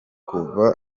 kuva